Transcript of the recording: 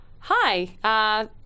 Hi